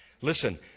Listen